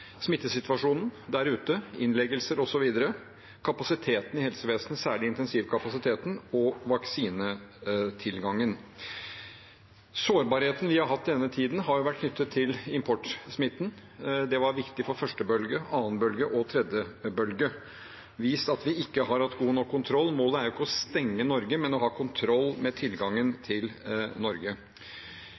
smittesituasjonen der ute, innleggelser osv. kapasiteten i helsevesenet, særlig intensivkapasiteten vaksinetilgangen Sårbarheten vi har hatt i denne tiden, har jo vært knyttet til importsmitten. Den var viktig for første bølge, annen bølge og tredje bølge. Det har vist at vi ikke har hatt god nok kontroll. Målet er jo ikke å stenge Norge, men å ha kontroll med tilgangen til Norge.